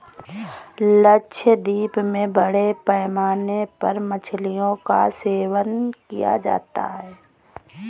लक्षद्वीप में बड़े पैमाने पर मछलियों का सेवन किया जाता है